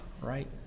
right